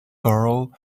girl